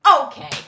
Okay